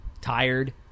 tired